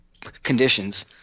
conditions